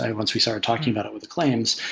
and once we started talking about it with the claims,